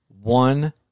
one